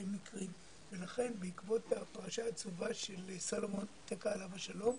מקרים ולכן בעקבות הפרשה העצובה של סלומון טקה עליו השלום,